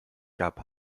gab